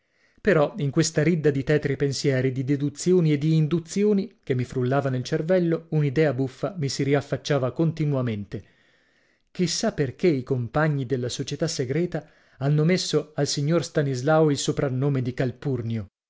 però in questa ridda di tetri pensieri di deduzioni e di induzioni che mi frullava nel cervello un'idea buffa mi si riaffacciava continuamente chi sa perché i compagni della società segreta hanno messo al signor stanislao il soprannome di calpurnio e mi